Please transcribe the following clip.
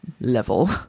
level